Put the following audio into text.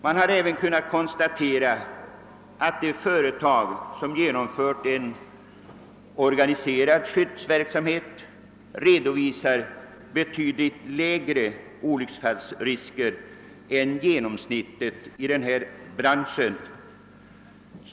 Man har även kunnat konstatera att de företag som har genomfört en organiserad skyddsverksamhet redovisar betydligt mindre antal olycksfall än vad som är genomsnittet i denna bransch.